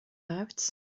out